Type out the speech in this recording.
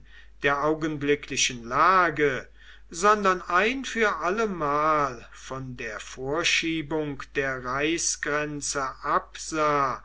der augenblicklichen lage sondern ein für allemal von der vorschiebung der reichsgrenze absah